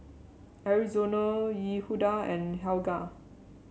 Arizona Yehuda and Helga